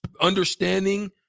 understanding